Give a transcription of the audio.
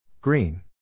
Green